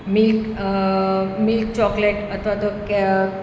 milk milk chocolate અથવા કે